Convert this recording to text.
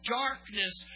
darkness